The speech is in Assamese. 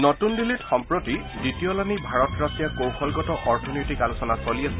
নতুন দিল্লীত সম্প্ৰতি দ্বিতীয়লানি ভাৰত ৰাছিয়া কৌশলগত অৰ্থনৈতিক আলোচনা চলি আছে